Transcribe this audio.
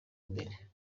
imbere